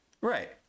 Right